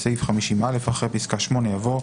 בסעיף 50(א), אחרי פסקה (8) יבוא: